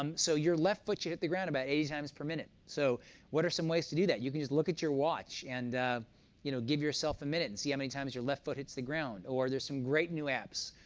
um so your left foot should hit the ground about eighty times per minute. so what are some ways to do that? you can just look at your watch and you know give yourself a minute, and see how many times your left foot hits the ground. or there's some great new apps.